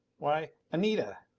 why, anita!